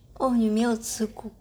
oh 我没有吃过